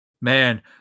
Man